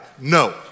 no